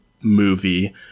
movie